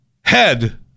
head